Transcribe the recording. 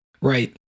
right